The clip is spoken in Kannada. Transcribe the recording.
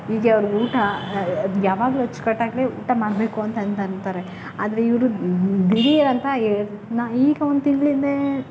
ಹೀಗೆ ಅವ್ರ್ಗೆ ಊಟ ಅದು ಯಾವಾಗಲೂ ಅಚ್ಚು ಕಟ್ಟಾಗಿಯೇ ಊಟ ಮಾಡಬೇಕು ಅಂತಂದು ಅಂತಾರೆ ಆದರೆ ಇವರು ದಿಢೀರಂತ ಏ ನಾ ಈಗ ಒಂದು ತಿಂಗಳಿಂದೆ